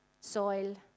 soil